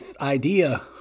idea